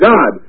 God